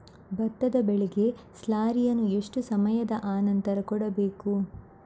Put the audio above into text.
ಭತ್ತದ ಬೆಳೆಗೆ ಸ್ಲಾರಿಯನು ಎಷ್ಟು ಸಮಯದ ಆನಂತರ ಕೊಡಬೇಕು?